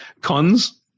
cons